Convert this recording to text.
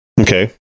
Okay